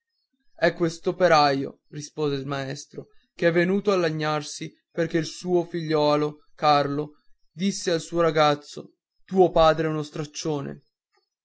è quest'operaio rispose il maestro che è venuto a lagnarsi perché il suo figliuolo carlo disse al suo ragazzo tuo padre è uno straccione